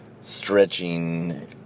stretching